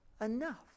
enough